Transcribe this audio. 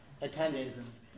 attendance